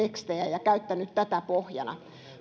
ja käyttänyt sitä pohjana